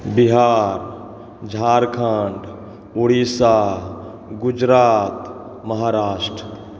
Bihar Jharkhand Orissa Gujarat Maharashtra